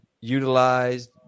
utilized